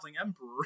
emperor